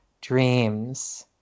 Dreams